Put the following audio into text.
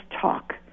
talk